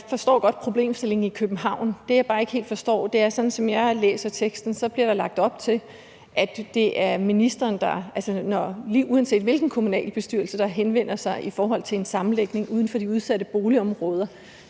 forstår jeg godt problemstillingen i København, men det, jeg bare ikke helt forstår, er, at der, som jeg læser teksten, bliver lagt op til, at det, uanset hvilken kommunalbestyrelse der henvender sig om en sammenlægning uden for de udsatte boligområder,